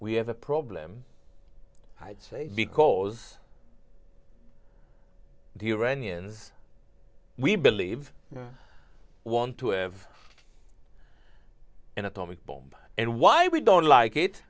we have a problem i'd say because the iranians we believe want to have an atomic bomb and why we don't like it